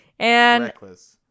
Reckless